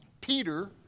Peter